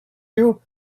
you